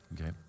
Okay